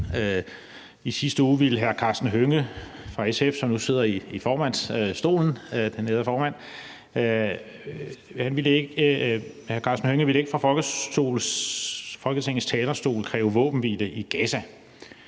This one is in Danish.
I sidste uge ville hr. Karsten Hønge fra SF, som nu sidder i formandsstolen, den ærede formand, ikke fra Folketingets talerstol kræve våbenhvile i Gaza.